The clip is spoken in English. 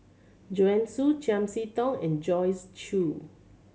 Joanne Soo Chiam See Tong and Joyce Jue